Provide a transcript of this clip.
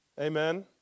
Amen